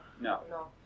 No